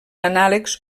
anàlegs